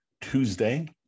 Tuesday